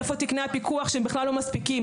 איפה תקני הפיקוח שהם בכלל לא מספיקים?